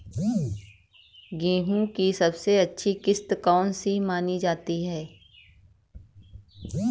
गेहूँ की सबसे अच्छी किश्त कौन सी मानी जाती है?